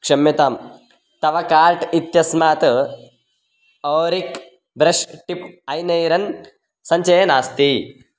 क्षम्यताम् तव कार्ट् इत्यस्मात् ओरिक् ब्रश् टिप् ऐनैरन् सञ्चये नास्ति